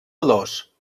olors